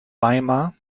weimar